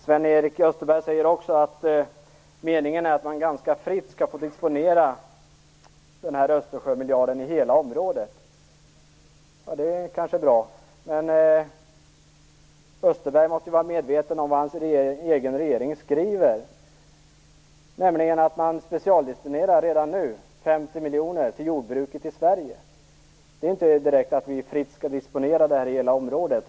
Sven-Erik Österberg sade också att meningen är att man ganska fritt skall få disponera den här Östersjömiljarden i hela området. Det är kanske bra. Men Österberg måste vara medveten om vad hans egen regering skriver, nämligen att man redan nu specialdestinerar 50 miljoner till jordbruket i Sverige. Det är väl inte att fritt disponera pengarna i hela området?